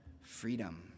freedom